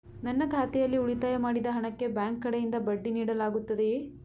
ನನ್ನ ಖಾತೆಯಲ್ಲಿ ಉಳಿತಾಯ ಮಾಡಿದ ಹಣಕ್ಕೆ ಬ್ಯಾಂಕ್ ಕಡೆಯಿಂದ ಬಡ್ಡಿ ನೀಡಲಾಗುತ್ತದೆಯೇ?